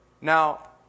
Now